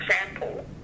example